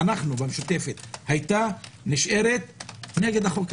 עמדתנו של המשותפת היתה ונשארת נגד החוק.